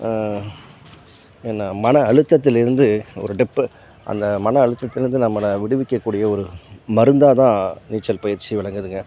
என்னை மன அழுத்தத்திலிருந்து ஒரு டிப்பு அந்த மன அழுத்தத்திலிருந்து நம்மளை விடுவிக்கக்கூடிய ஒரு மருந்தாக தான் நீச்சல் பயிற்சி விளங்குதுங்க